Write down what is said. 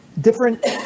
different